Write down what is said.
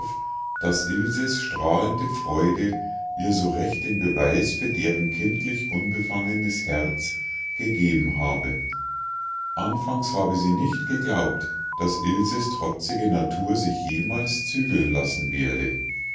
daß ilses strahlende freude ihr so recht den beweis für deren kindlich unbefangenes herz gegeben habe anfangs habe sie nicht geglaubt daß ilses trotzige natur sich jemals zügeln lassen werde